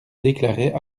déclarait